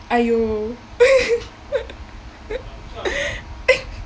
!aiyo!